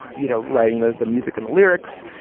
you know, writing the the music and lyrics.